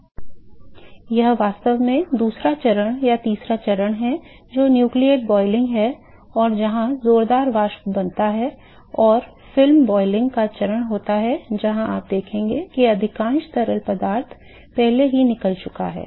तो यह वास्तव में दूसरा चरण या तीसरा चरण है जो nucleate boiling है जहां जोरदार वाष्प बनता है और फिल्म उबलना वह चरण होता है जहां आप देखेंगे कि अधिकांश तरल पदार्थ पहले ही निकल चुका है